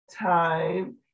time